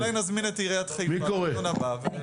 אולי נזמין את עיריית חיפה לדיון הבא.